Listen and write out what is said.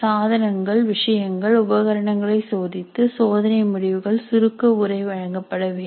சாதனங்கள் விஷயங்கள் உபகரணங்களை சோதித்து சோதனை முடிவுகள் சுருக்க உரை வழங்கப்பட வேண்டும்